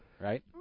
right